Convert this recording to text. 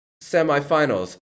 semi-finals